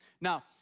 Now